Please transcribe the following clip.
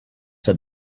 have